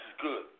good